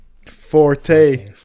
Forte